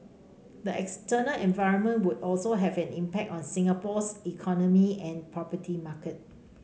the external environment would also have an impact on Singapore's economy and property market